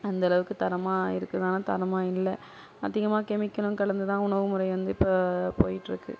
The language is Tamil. அந்த அளவுக்குத் தரமாக இருக்குதானான்னால் தரமாக இல்லை அதிகமாக ஹெமிக்கலும் கலந்து தான் உணவுமுறை வந்து இப்போ போயிகிட்டு இருக்குது